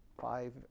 five